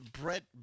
Brett